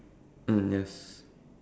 mm yes